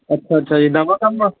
ਅੱਛਾ ਅੱਛਾ ਜੀ ਨਵਾਂ ਕੰਮ ਆ